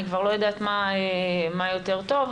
אני כבר לא יודעת מה יותר טוב,